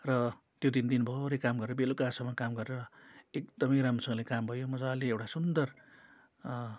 र त्यो दिन दिनभरि काम गरेर बेलुकासम्म काम गरेर एकदमै राम्रोसँग काम भयो मजाले एउटा सुन्दर